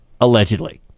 allegedly